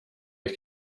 kes